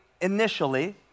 initially